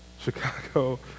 Chicago